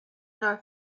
nor